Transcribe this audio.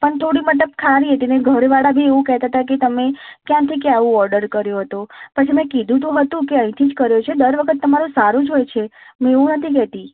પણ થોડી મતલબ ખારી હતી અને ઘરવાળા પણ એવું કહેતા હતા કે તમે ક્યાંથી કે આવું ઓર્ડર કર્યો હતો પછી મેં કીધું તો હતું કે અહીંથી જ કર્યો છે દર વખત તમારું સારું જ હોય છે હું એવું નથી કહેતી